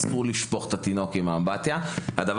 אסור לשפוך את התינוק עם המים והדבר הזה,